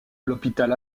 l’hôpital